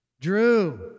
Drew